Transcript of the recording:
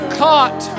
caught